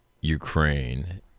Ukraine